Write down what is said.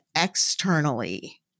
externally